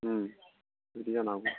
बिदिनो जानो हागौ